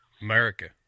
america